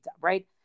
right